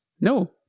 no